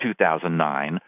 2009